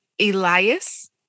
Elias